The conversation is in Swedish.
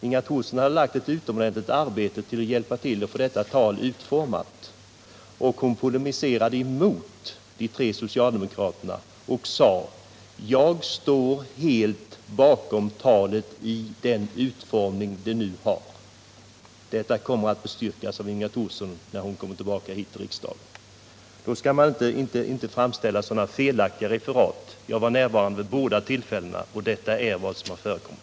Inga Thorsson har nedlagt ett utomordentligt arbete för att hjälpa till att få detta tal utformat och hon polemiserade mot de tre socialdemokraterna och sade: Jag står helt bakom talet i den utformning det nu har. Detta kommer att bestyrkas av Inga Thorsson när hon kommer tillbaka hit till riksdagen. Man skall inte framställa sådana felaktiga referat som Sture Ericson har gjort. Jag var närvarande vid båda tillfällena, och detta är vad som har förekommit.